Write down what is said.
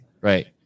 Right